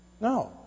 No